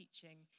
teaching